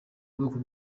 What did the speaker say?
ubwoko